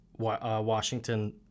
Washington